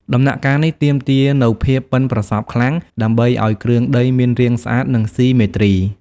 ដំណាក់កាលនេះទាមទារនូវភាពប៉ិនប្រសប់ខ្លាំង ដើម្បីឲ្យគ្រឿងដីមានរាងស្អាតនិងស៊ីមេទ្រី។